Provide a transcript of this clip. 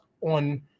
on